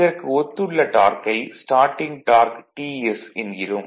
இதற்கு ஒத்துள்ள டார்க்கை ஸ்டார்ட்டிங் டார்க் Ts என்கிறோம்